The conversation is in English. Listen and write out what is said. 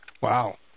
Wow